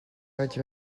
vaig